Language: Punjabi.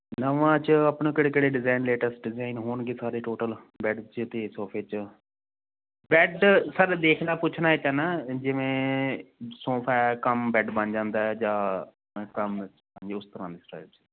ਨਵਾਂ ਚ ਆਪਣੇ ਕਿਹੜੇ ਕਿਹੜੇ ਡਿਜਾਇਨ ਲੇਟੈਸਟ ਮੇਨ ਹੋਣਗੇ ਸਾਰੇ ਟੋਟਲ ਬੈੱਡ ਚ ਤੇ ਸੋਫੇ ਚ ਬੈੱਡ ਸਰ ਦੇਖਨਾ ਪੁੱਛਣਾ ਇਹ ਚਾਹੁੰਨਾ ਜਿਵੇਂ ਸੋਫਾ ਐ ਕੱਮ ਬੈੱਡ ਬਣ ਜਾਂਦਾ ਐ ਜਾਂ ਕੱਮ ਜੋ ਇਸ ਤਰ੍ਹਾਂ ਦੇ ਸਟਾਇਲ ਚ